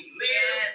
live